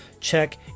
check